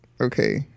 okay